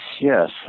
yes